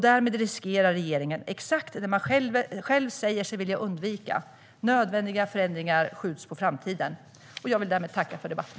Därmed riskerar regeringen att exakt det man själv säger sig vilja undvika inträffar, nämligen att nödvändiga förändringar skjuts på framtiden. Jag vill därmed tacka för debatten.